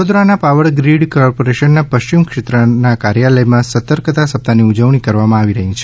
વડોદરાના power grid કોર્પોરેશનના પશ્ચિમ ક્ષેત્રના કાર્યાલથ માં સતર્કતા સપ્તાહ ની ઉજવણી કરવામાં આવી રહી છે